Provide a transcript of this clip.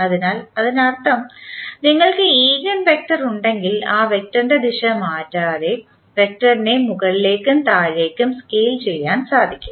അതിനാൽ അതിനർത്ഥം നിങ്ങൾക്ക് ഈഗൻവെക്ടർ ഉണ്ടെങ്കിൽ ആ വെക്റ്ററിൻറെ ദിശ മാറ്റാതെ വെക്റ്ററിനെ മുകളിലേക്കും താഴേക്കും സ്കെയിൽ ചെയ്യാൻ സാധിക്കും